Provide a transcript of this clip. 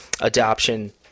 adoption